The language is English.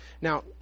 Now